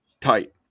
tight